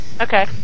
Okay